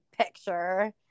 picture